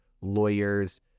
lawyers